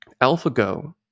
AlphaGo